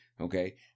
Okay